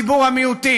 למען ציבור המיעוטים,